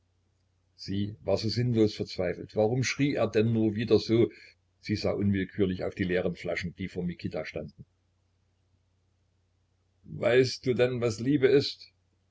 sie war so sinnlos verzweifelt warum schrie er denn nur wieder so sie sah unwillkürlich auf die leeren flaschen die vor mikita standen weißt du denn was liebe ist